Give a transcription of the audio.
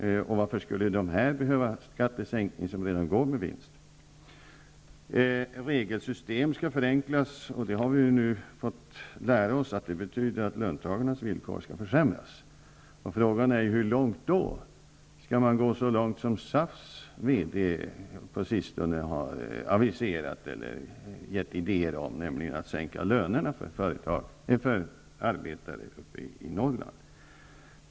Och varför skulle de här företagen behöva skattesänkning som redan går med vinst? Regelsystem skall förenklas, står det i svaret. Det har vi nu fått lära oss betyder att löntagarnas villkor skall försämras. Frågan är: Hur långt då? Skall man gå så långt som SAF:s VD på sistone gett idéer om, nämligen att sänka lönerna för arbetare i Norrland?